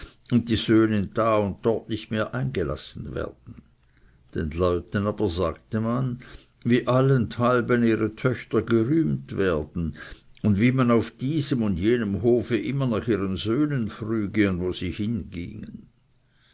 und die söhne da und dort nicht mehr eingelassen werden den leuten aber sagte man wie allenthalben ihre töchter gerühmt werden und wie man auf diesem und jenem hofe immer nach ihren söhnen früge und wo sie hingingen